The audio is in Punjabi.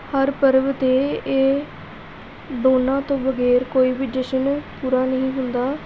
ਹਰ ਪਰਬ 'ਤੇ ਇਹ ਦੋਨਾਂ ਤੋਂ ਬਗੈਰ ਕੋਈ ਵੀ ਜਸ਼ਨ ਪੂਰਾ ਨਹੀਂ ਹੁੰਦਾ